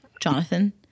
Jonathan